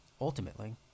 ultimately